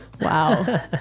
Wow